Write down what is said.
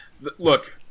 Look